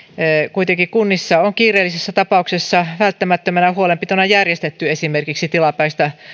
kuitenkin kunnissa on kiireellisissä tapauksissa välttämättömänä huolenpitona järjestetty esimerkiksi tilapäistä